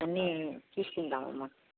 అన్నీ చూస్కుందాము అమ్మ